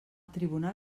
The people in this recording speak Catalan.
tribunal